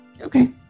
okay